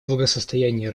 благосостояние